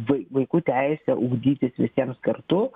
vaikų teisę ugdytis visiems kartu